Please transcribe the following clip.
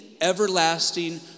everlasting